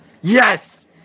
Yes